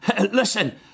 listen